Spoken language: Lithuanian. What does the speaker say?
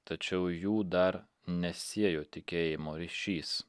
tačiau jų dar nesiejo tikėjimo ryšys